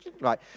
right